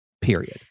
period